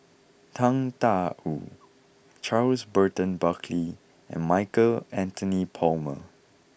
Tang Da Wu Charles Burton Buckley and Michael Anthony Palmer